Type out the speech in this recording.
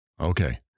Okay